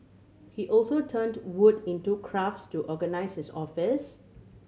he also turned wood into crafts to organise his office